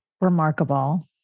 remarkable